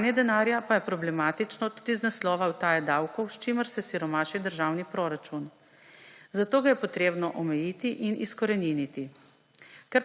Pranje denarja pa je problematično tudi z naslova utaje davkov, s čimer se siromaši državni proračun. Zato ga je treba omejiti in izkoreniniti.